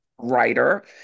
writer